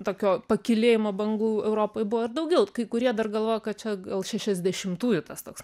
tokio pakylėjimo bangų europoj buvo ir daugiau kurie dar galvojo kad čia gal šešiasdešimtųjų tas toks